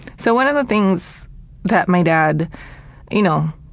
so, one of the things that my dad you know,